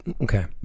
Okay